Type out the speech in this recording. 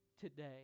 Today